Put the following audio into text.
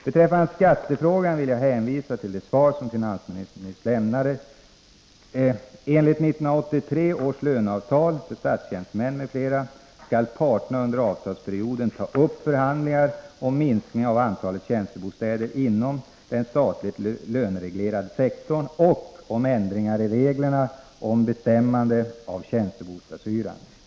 Beträffande skattefrågan vill jag hänvisa till det svar som finansministern nyss har lämnat till Knut Wachtmeister. Enligt 1983 års löneavtal för statstjänstemän m.fl. skall parterna under avtalsperioden ta upp förhandlingar om minskning av antalet tjänstebostäder inom den statligt lönereglerade sektorn och om ändringar i reglerna om bestämmande av tjänstebostadshyra.